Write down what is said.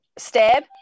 stab